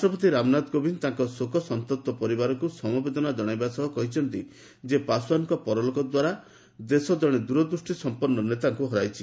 ରାଷ୍ଟ୍ରପତି ରାମନାଥ କୋବିନ୍ଦ ତାଙ୍କ ଶୋକସନ୍ତପ୍ତ ପରିବାରକୁ ସମବେଦନା ଜଣାଇବା ସହ କହିଛନ୍ତି ଯେ ପାଶ୍ୱାନଙ୍କ ପରଲୋକ ଦ୍ୱାରା ଦେଶ ଜଣେ ଦୂରଦୂଷ୍ଟି ସଂପନ୍ନ ନେତାଙ୍କୁ ହରାଇଛି